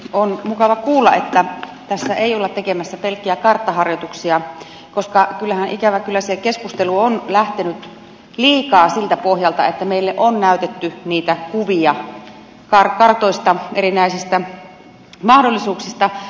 on mukava kuulla että tässä ei olla tekemässä pelkkiä karttaharjoituksia koska kyllähän ikävä kyllä se keskustelu on lähtenyt liikaa siltä pohjalta että meille on näytetty niitä kuvia kartoista erinäisistä mahdollisuuksista